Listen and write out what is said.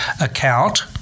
account